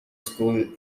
school